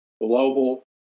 global